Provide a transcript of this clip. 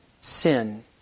sin